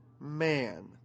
man